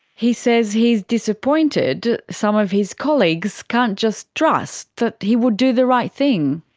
he says he's disappointed some of his colleagues can't just trust that he would do the right thing.